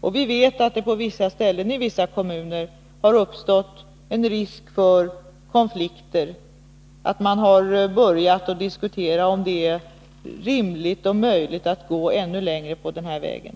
och vi vet att det på vissa ställen i vissa kommuner har uppstått en risk för konflikter. Man har börjat diskutera om det är rimligt och möjligt att gå ännu längre på denna väg.